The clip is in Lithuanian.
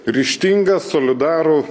ryžtingą solidarų